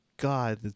God